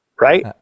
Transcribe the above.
right